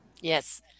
yes